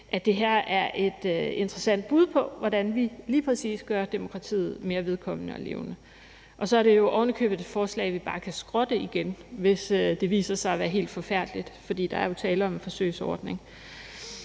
at det her er et interessant bud på, hvordan vi lige præcis gør demokratiet mere vedkommende og levende, og så er det jo oven i købet et forslag, vi bare kan skrotte igen, hvis det viser sig at være helt forfærdeligt, for der er jo tale om en forsøgsordning.